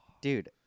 Dude